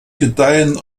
gedeihen